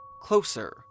closer